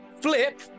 flip